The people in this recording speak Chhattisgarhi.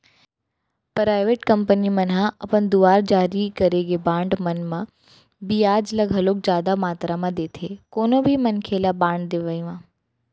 पराइबेट कंपनी मन ह अपन दुवार जारी करे गे बांड मन म बियाज ल घलोक जादा मातरा म देथे कोनो भी मनखे ल बांड लेवई म